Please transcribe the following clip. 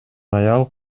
аял